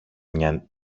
μια